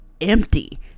empty